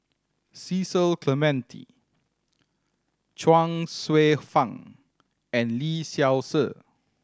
Cecil Clementi Chuang Hsueh Fang and Lee Seow Ser